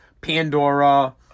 Pandora